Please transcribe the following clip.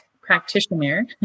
practitioner